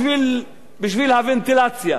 בשביל הוונטילציה,